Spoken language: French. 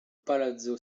palazzo